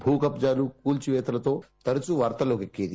భూకబ్లాలు కూల్సివేతలతో తరచూ వార్తల్లోకెక్కింది